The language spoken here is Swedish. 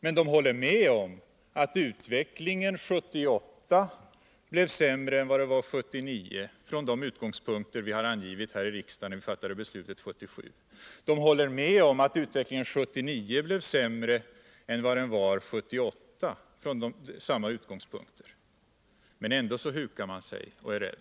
Man håller med om att utvecklingen 1978 blev sämre än 1977, från de utgångspunkter vi angivit i riksdagen när vi fattade beslutet 1977. Man håller också med om att 1979 blev sämre än 1978. Men ändå hukar man sig och är rädd.